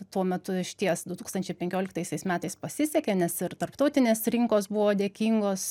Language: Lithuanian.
tuo metu išties du tūkstančiai penkioliktaisiais metais pasisekė nes ir tarptautinės rinkos buvo dėkingos